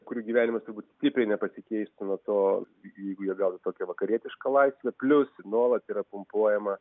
kurių gyvenimas turbūt stipriai nepasikeistų nuo to jeigu jie gautų tokią vakarietišką laisvę plius nuolat yra pumpuojama